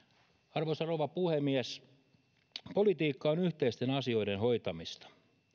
arvoisa rouva puhemies politiikka on yhteisten asioiden hoitamista